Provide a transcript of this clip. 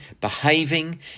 behaving